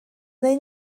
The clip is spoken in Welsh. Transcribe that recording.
neu